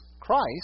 Christ